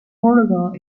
portugal